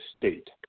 state